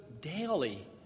daily